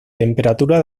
temperatura